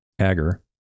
agar